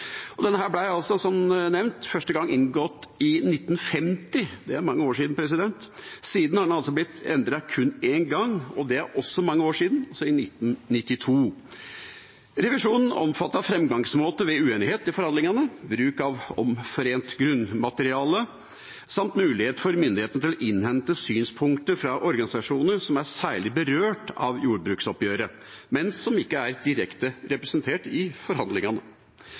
har den blitt endret kun én gang, i 1992, og det er også mange år siden. Revisjonen omfattet framgangsmåte ved uenighet i forhandlingene, bruk av omforent grunnmateriale samt mulighet for myndighetene til å innhente synspunkter fra organisasjoner som er særlig berørt av jordbruksoppgjøret, men som ikke er direkte representert i forhandlingene.